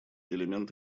элемент